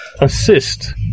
assist